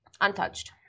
untouched